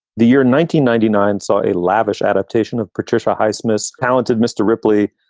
the year nineteen ninety nine saw a lavish adaptation of patricia highsmith's talented mr. ripley,